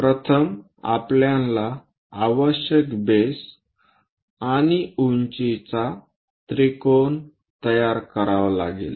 प्रथम आपल्याला आवश्यक बेस आणि उंचीचा त्रिकोण तयार करावा लागेल